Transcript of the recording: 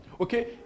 Okay